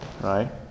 right